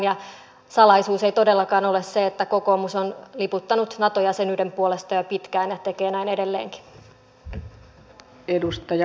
ja salaisuus ei todellakaan ole se että kokoomus on liputtanut nato jäsenyyden puolesta jo pitkään ja tekee näin edelleenkin